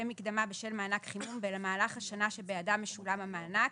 מקדמה בשל מענק חימום במהלך השנה שבעדה משולם המענק,